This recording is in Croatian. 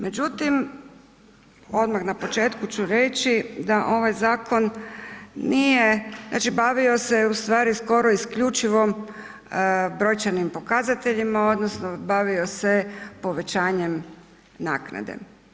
Međutim, odmah na početku ću reći da ovaj zakon se bavio ustvari skoro isključivo brojčanim pokazateljima odnosno bavio se povećanjem naknade.